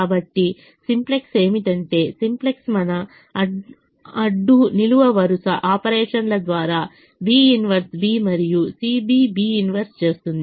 కాబట్టి సింప్లెక్స్ ఏమిటంటే సింప్లెక్స్ మన అడ్డునిలువ వరుస ఆపరేషన్ల ద్వారా B 1 B మరియు CB B 1 చేస్తుంది